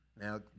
Now